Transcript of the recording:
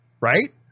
Right